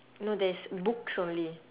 no there is books only